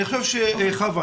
חוה,